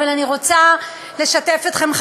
אבל אני רוצה לשתף אתכם,